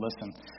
listen